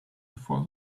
before